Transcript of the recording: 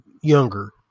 younger